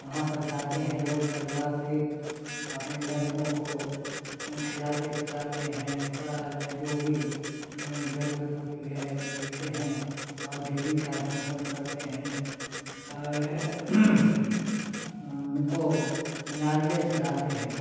वहाँ पर जाते हैं लोग परिवार सहित अपने लड़कों को खिलाते पिलाते हैं कपड़ा लत्ता जो भी ज़रूरत होती है ख़रीदते हैं और देवी का दर्शन करते हैं और उनको नारियल चढ़ाते हैं